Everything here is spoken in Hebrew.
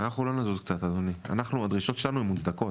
אנחנו לא נזוז אדוני, הדרישות שלנו הן מוצדקות.